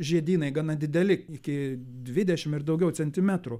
žiedynai gana dideli iki dvidešim ir daugiau centimetrų